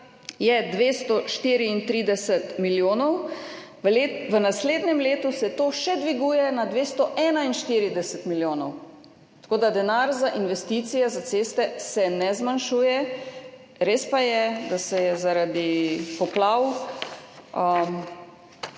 je 234 milijonov, v naslednjem letu se to še dviguje na 241 milijonov. Tako da denar za investicije, za ceste se ne zmanjšuje, res pa je, da so se zaradi poplav